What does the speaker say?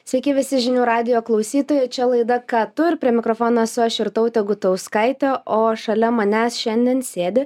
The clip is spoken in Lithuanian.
sveiki visi žinių radijo klausytojai čia laida ką tu ir prie mikrofono esu aš irtautė gutauskaitė o šalia manęs šiandien sėdi